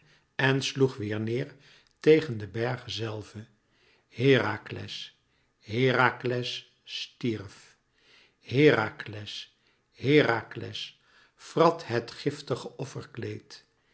en sloeg weêr neêr tegen de bergen zelve herakles herakles stierf herakles herakles vrat het giftige